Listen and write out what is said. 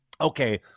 okay